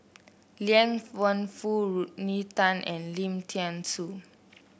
Liang Wenfu Rodney Tan and Lim Thean Soo